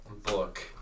Book